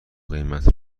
قیمت